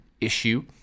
issue